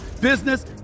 business